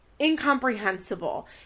incomprehensible